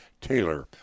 Taylor